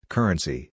Currency